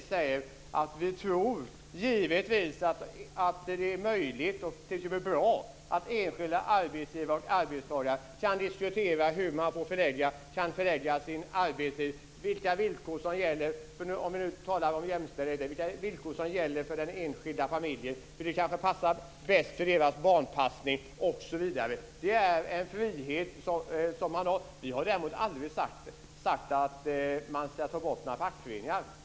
Vi säger i vår politik att vi givetvis tror att det är möjligt, och t.o.m. bra, att enskilda arbetsgivare och arbetstagare kan diskutera hur arbetstiden ska förläggas och vilka tider som passar bäst för den enskilda familjens barnpassning. Det är en frihet som man kan uppnå. Vi har däremot aldrig sagt att man ska ta bort fackföreningarna.